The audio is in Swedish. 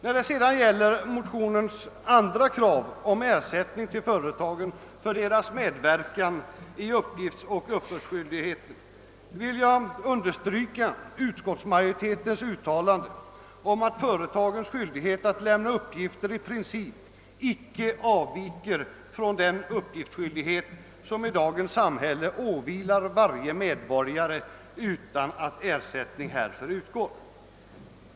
När det gäller motionärernas andra krav, om ersättning till företagen för deras medverkan i uppgiftslämnandet och uppbördsförfarandet, vill jag understryka utskottsmajoritetens uttalan de att »företagarnas skyldighet att lämna uppgifter i princip inte avviker från den uppgiftsskyldighet som i dagens samhälle åvilar varje medborgare utan att ersättning härför utgår».